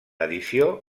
edició